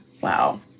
Wow